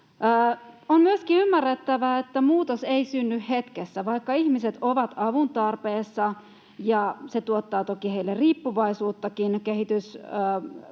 On myöskin ymmärrettävää, että muutos ei synny hetkessä. Vaikka ihmiset ovat avun tarpeessa, se tuottaa toki heille riippuvaisuuttakin. Kehityspolitiikka